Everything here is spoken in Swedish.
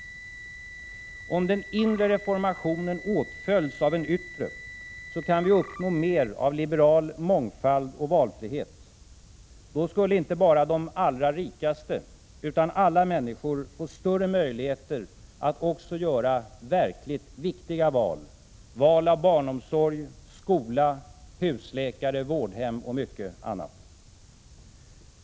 Om den inre reformationen åtföljs av en yttre kan vi uppnå mer av liberal mångfald och valfrihet. Då skulle inte bara de allra rikaste, utan alla människor, få större möjligheter att göra också verkligt viktiga val: val av barnomsorg, skola, husläkare, vårdhem och mycket annat.